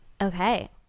okay